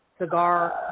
cigar